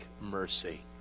mercy